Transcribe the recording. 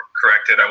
corrected